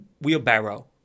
wheelbarrow